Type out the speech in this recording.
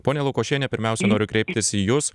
ponia lukošiene pirmiausia noriu kreiptis į jus